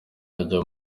ajya